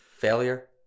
Failure